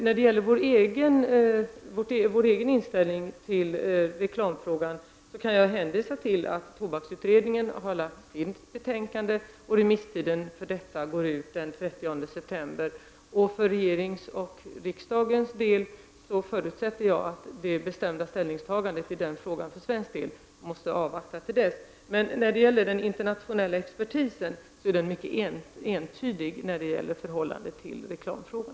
När det gäller vår egen inställning till tobaksfrågor kan jag hänvisa till att tobaksutredningen har lagt fram sitt betänkande och att remisstiden går ut den 30 september. För regeringens och riksdagens del förutsätter jag att bestämda ställningstaganden i denna fråga måste avvaktas till dess. Men den internationella expertisen är mycket entydig i förhållande till reklamfrågan.